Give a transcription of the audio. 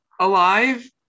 alive